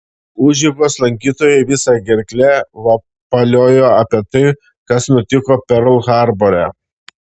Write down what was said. užeigos lankytojai visa gerkle vapaliojo apie tai kas nutiko perl harbore